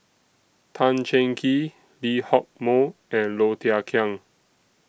Tan Cheng Kee Lee Hock Moh and Low Thia Khiang